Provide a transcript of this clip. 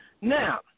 Now